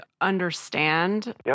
understand